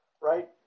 right